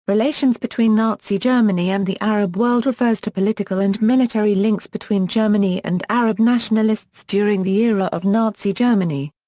relations between nazi germany and the arab world refers to political and military links between germany and arab nationalists during the era of nazi germany.